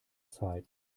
zeit